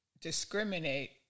discriminate